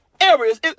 areas